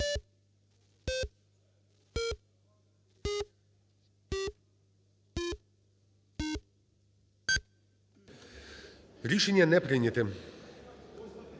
Рішення не прийняте.